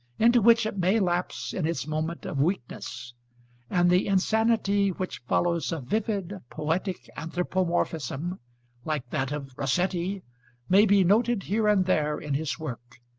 into which it may lapse in its moment of weakness and the insanity which follows a vivid poetic anthropomorphism like that of rossetti may be noted here and there in his work,